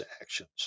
actions